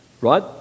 right